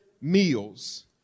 meals